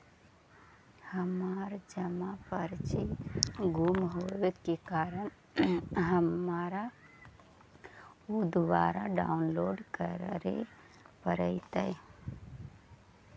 हमर जमा पर्ची गुम होवे के कारण हमारा ऊ दुबारा डाउनलोड करे पड़तई